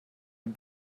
dem